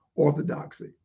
orthodoxy